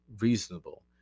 reasonable